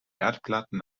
erdplatten